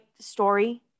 story